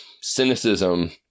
cynicism